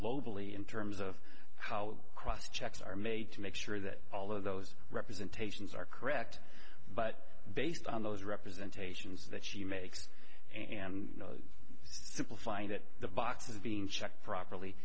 globally in terms of how cross checks are made to make sure that all of those representations are correct but based on those representation is that she makes and simplifying that the boxes being checked properly